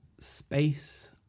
Space